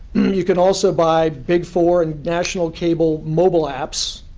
you can also buy big four and national cable mobile apps,